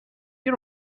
you